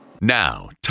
Now